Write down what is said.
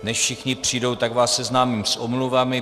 Než všichni přijdou, tak vás seznámím s omluvami.